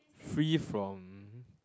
free from